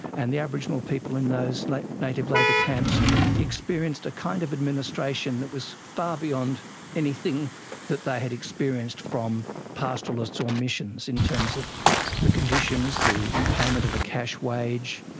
and the aboriginal people in those like native labour camps experienced a kind of administration that was far beyond anything that they had experienced from pastoralists or missions, in terms of the conditions, the the payment of a cash wage,